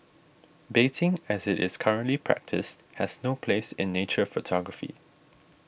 baiting as it is currently practised has no place in nature photography